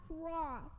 cross